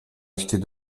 acheter